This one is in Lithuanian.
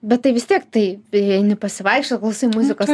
bet tai vis tiek tai eini pasivaikščiot klausai muzikos